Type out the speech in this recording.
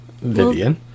Vivian